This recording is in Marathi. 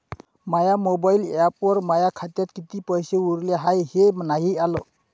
माया मोबाईल ॲपवर माया खात्यात किती पैसे उरले हाय हे नाही आलं